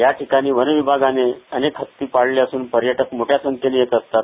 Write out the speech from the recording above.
या ठिकाणी वनविभागाने अनेक हत्ती पाळले असून पर्यटक मोठ्या संख्येने येत असतात